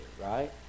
right